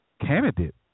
candidate